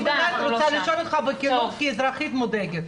אני באמת רוצה לשאול אותך בכנות כאזרחית מודאגת.